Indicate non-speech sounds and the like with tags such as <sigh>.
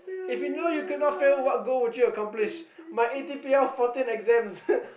if you know you could not fail what goal would you accomplish my A_T_P_L fourteen exams <laughs>